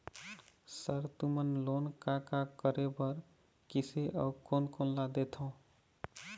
Sir तुमन loan का का करें बर, किसे अउ कोन कोन ला देथों?